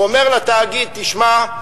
הוא אומר לתאגיד: תשמע,